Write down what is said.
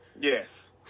yes